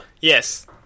Yes